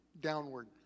downward